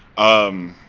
um,